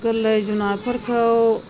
गोरलै जुनारफोरखौ